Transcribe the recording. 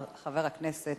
חבר הכנסת